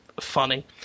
funny